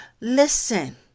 Listen